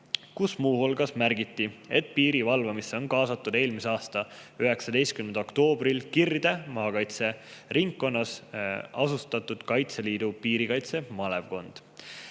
kus muu hulgas märgiti, et piiri valvamisse on kaasatud eelmise aasta 19. oktoobril Kirde maakaitseringkonnas asutatud Kaitseliidu piirikaitse malevkond.